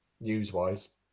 news-wise